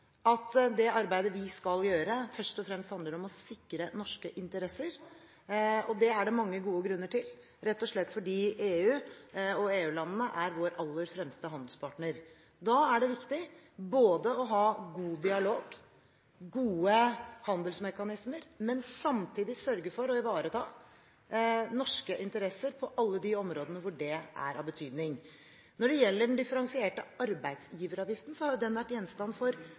at det arbeidet vi skal gjøre, først og fremst handler om å sikre norske interesser. Det er det mange gode grunner til – rett og slett fordi EU er vår aller fremste handelspartner. Da er det viktig både å ha god dialog, gode handelsmekanismer, og samtidig sørge for å ivareta norske interesser på alle de områdene hvor det er av betydning. Når det gjelder den differensierte arbeidsgiveravgiften, har den vært gjenstand for